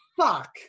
fuck